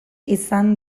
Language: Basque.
izan